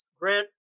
Grant